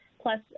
plus